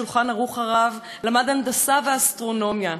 "שולחן ערוך הרב" למד הנדסה ואסטרונומיה,